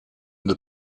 the